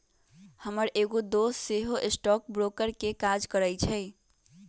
हमर एगो दोस सेहो स्टॉक ब्रोकर के काज करइ छइ